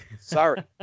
sorry